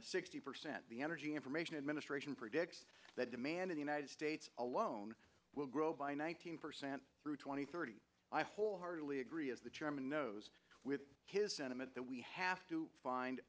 sixty percent the energy information administration predicts that demand in the united states alone will grow by nineteen percent through twenty thirty i wholeheartedly agree as the chairman knows with his sentiment that we have to find